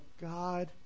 God